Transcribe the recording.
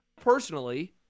Personally